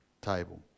table